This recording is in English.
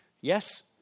Yes